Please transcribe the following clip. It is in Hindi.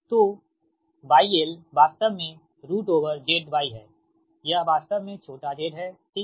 तो γl वास्तव में ZYहै यह वास्तव में छोटा z हैठीक